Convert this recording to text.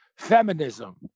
feminism